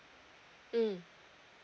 mm